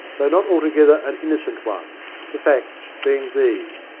though not altogether an innocent one the facts being these.